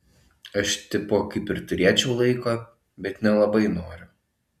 aš tipo kaip ir turėčiau laiko bet nelabai noriu